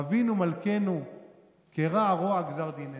"אבינו מלכנו קרע רוע גזר דיננו",